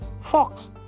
fox